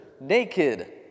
naked